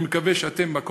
אני מקווה שאתם, בקואליציה,